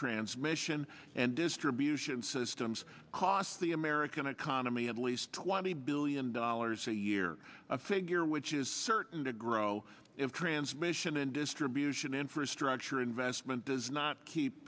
transmission and distribution systems cost the american economy at least twenty billion dollars a year a figure which is certain to grow if transmission and distribution infrastructure investment does not keep